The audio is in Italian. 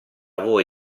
voi